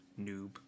noob